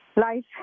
life